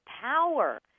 power